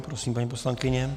Prosím, paní poslankyně.